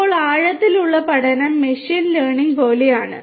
ഇപ്പോൾ ആഴത്തിലുള്ള പഠനം മെഷീൻ ലേണിംഗ് പോലെയാണ്